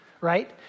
right